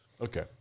Okay